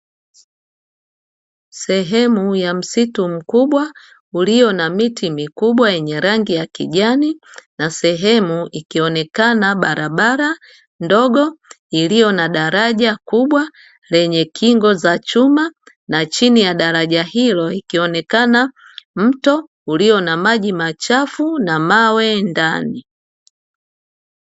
Sehemu ya msitu mkubwa ulio na miti mikubwa yenye rangi ya kijani, na sehemu ikionekana barabara ndogo iliyo na daraja kubwa lenye kingo za chuma, na chini ya daraja hilo ikionekana mto ulio na maji machafu na mawe ndani.